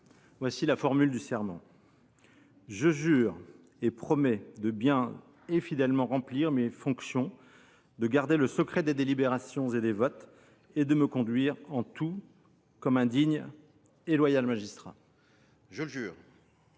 Voici la formule du serment :« Je jure et promets de bien et fidèlement remplir mes fonctions, de garder le secret des délibérations et des votes, et de me conduire en tout comme un digne et loyal magistrat. » Acte